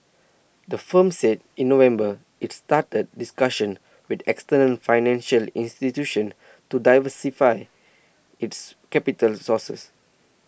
the firm said in November it's started discussions with external financial institutions to diversify its capital sources